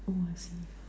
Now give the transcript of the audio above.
oh I see